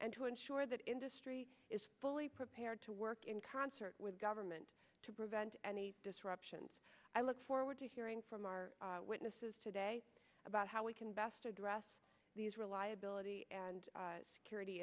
and to ensure that industry is fully prepared to work in concert with government to prevent any disruptions i look forward to hearing from our witnesses today about how we can best address these reliability and security